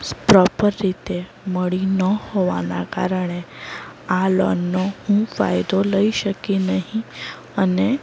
proper રીતે મળી ન હોવાના કારણે આ લોનનો હું ફાયદો લઈ શકી નહીં અને